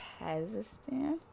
Kazakhstan